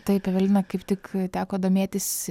taip evelina kaip tik teko domėtis